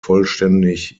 vollständig